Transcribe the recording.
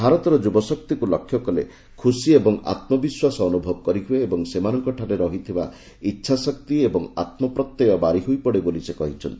ଭାରତର ଯୁବଶକ୍ତିକୁ ଲକ୍ଷ୍ୟକଲେ ଖୁସି ଏବଂ ଆତ୍ମବିଶ୍ୱାସ ଅନ୍ତଭବ କରିହ୍ରଏ ଏବଂ ସେମାନଙ୍କ ଠାରେ ରହିଥିବା ଇଚ୍ଛାଶକ୍ତି ଏବଂ ଆତ୍ମପ୍ରତ୍ୟୟ ବାରି ହୋଇ ପଡେ ବୋଲି ସେ କହିଛନ୍ତି